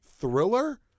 Thriller